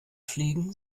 fliegen